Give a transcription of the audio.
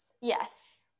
Yes